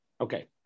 Okay